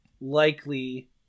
likely